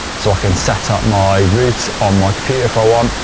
so i can set up my route on my computer if i want.